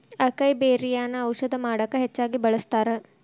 ಅಕೈಬೆರ್ರಿಯನ್ನಾ ಔಷಧ ಮಾಡಕ ಹೆಚ್ಚಾಗಿ ಬಳ್ಸತಾರ